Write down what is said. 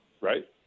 right